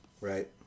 Right